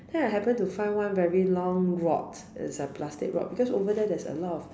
then I happened to find one very long rod it's a plastic rod because over there there's a lot of